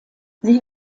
sie